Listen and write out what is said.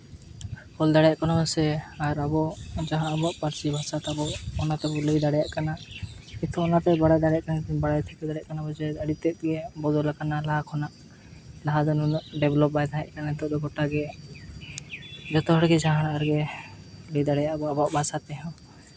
ᱚᱞ ᱫᱟᱲᱮᱭᱟᱜ ᱠᱟᱱᱟ ᱥᱮ ᱟᱨ ᱟᱵᱚ ᱡᱟᱦᱟᱸ ᱟᱵᱚᱣᱟᱜ ᱯᱟᱹᱨᱥᱤ ᱵᱷᱟᱥᱟ ᱛᱟᱵᱚ ᱚᱱᱟ ᱛᱮᱵᱚᱱ ᱞᱟᱹᱭ ᱫᱟᱲᱮᱭᱟᱜ ᱠᱟᱱᱟ ᱱᱤᱛᱚᱜ ᱚᱱᱟᱛᱮ ᱵᱟᱲᱟᱭ ᱫᱟᱲᱮᱭᱟᱜ ᱠᱟᱱᱟ ᱵᱟᱲᱟᱭ ᱴᱷᱤᱠᱟᱹ ᱫᱟᱲᱮᱭᱟᱜ ᱠᱟᱱᱟ ᱡᱮ ᱟᱹᱰᱤ ᱛᱮᱫ ᱵᱚᱫᱚᱞ ᱠᱟᱱᱟ ᱞᱟᱦᱟ ᱠᱷᱚᱱᱟᱜ ᱞᱟᱦᱟ ᱫᱚ ᱱᱩᱱᱟᱹᱜ ᱰᱮᱵᱷᱞᱚᱯ ᱵᱟᱭ ᱛᱟᱦᱮᱸ ᱠᱟᱱᱟ ᱱᱤᱛᱚᱜ ᱫᱚ ᱜᱳᱴᱟᱜᱮ ᱡᱚᱛᱚ ᱦᱚᱲᱜᱮ ᱡᱟᱦᱟᱸ ᱨᱮᱜᱮ ᱞᱟᱹᱭ ᱫᱟᱲᱮᱭᱟᱜᱼᱟ ᱟᱵᱚᱣᱟᱜ ᱵᱷᱟᱥᱟ ᱛᱮᱦᱚᱸ